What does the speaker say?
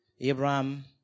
Abraham